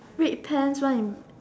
red pants one in